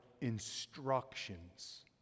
instructions